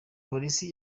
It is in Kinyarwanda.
polisi